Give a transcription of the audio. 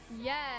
Yes